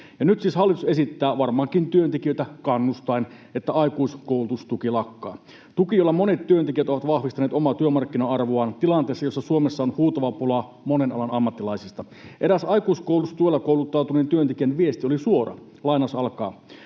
nyt siis hallitus esittää — varmaankin työntekijöitä kannustaen — että aikuiskoulutustuki lakkaa, tuki, jolla monet työntekijät ovat vahvistaneet omaa työmarkkina-arvoaan tilanteessa, jossa Suomessa on huutava pula monen alan ammattilaisista. Eräs aikuiskoulutustuella kouluttautuneen työntekijän viesti oli suora: